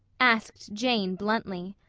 asked jane bluntly.